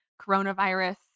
coronavirus